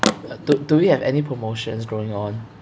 uh do do we have any promotions going on